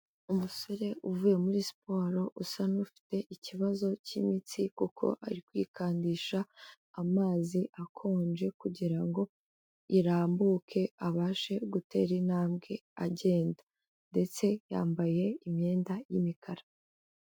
Umusore uvuye muri siporo usa n'ufite ikibazo cy'imitsi kuko ari kwikandisha amazi akonje kugira ngo irambuke, abashe gutera intambwe agenda. Ndetse yambaye imyenda y'imikara.